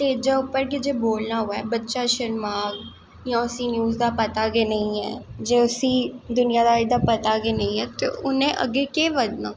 स्टेजा उप्पर गै जे बोलनां ऐ ते बच्चा जे शर्माग जां उसी न्यूज़ दा पता गै नी ऐ जे उसी दुनियांगारी दा पता गै नी ऐ ते उनैं अग्गैं केह् बधनां